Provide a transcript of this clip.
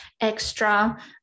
extra